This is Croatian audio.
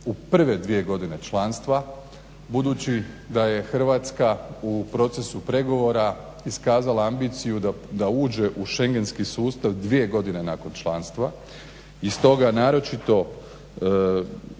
u prve dvije godine članstva budući da je Hrvatska u procesu pregovora iskazala ambiciju da uđe u Šengenski sustav dvije godine nakon članstva. I stoga naročito